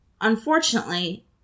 Unfortunately